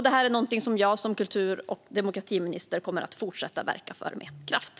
Detta är något jag som kultur och demokratiminister kommer att fortsätta verka för med kraft.